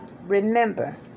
Remember